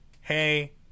Hey